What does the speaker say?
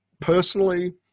personally